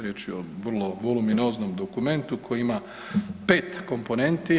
Riječ je o vrlo vuluminoznom dokumentu koji ima 5 komponenti.